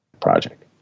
project